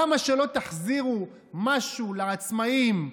למה שלא תחזירו משהו לעצמאים,